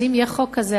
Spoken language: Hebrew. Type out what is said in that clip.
אז אם יהיה חוק כזה,